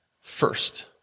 first